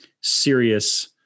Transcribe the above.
serious